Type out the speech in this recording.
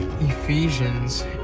Ephesians